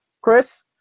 Chris